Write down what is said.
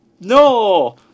No